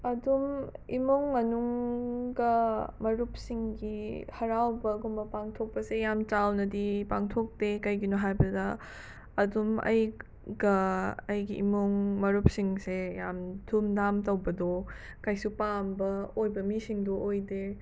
ꯑꯗꯨꯝ ꯏꯃꯨꯡ ꯃꯅꯨꯡꯒ ꯃꯔꯨꯞꯁꯤꯡꯒꯤ ꯍꯔꯥꯎꯕꯒꯨꯝꯕ ꯄꯥꯡꯊꯣꯛꯄꯁꯦ ꯌꯥꯝ ꯄꯥꯎꯅꯗꯤ ꯄꯥꯡꯊꯣꯛꯇꯦ ꯀꯩꯒꯤꯅꯣ ꯍꯥꯏꯕꯗ ꯑꯗꯨꯝ ꯑꯩꯒ ꯑꯩꯒꯤ ꯏꯃꯨꯡ ꯃꯔꯨꯞꯁꯤꯡꯁꯦ ꯌꯥꯝ ꯗꯨꯝ ꯗꯥꯝ ꯇꯧꯕꯗꯣ ꯀꯩꯁꯨ ꯄꯥꯝꯕ ꯑꯣꯏꯕ ꯃꯤꯁꯤꯡꯗꯣ ꯑꯣꯏꯗꯦ